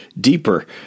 deeper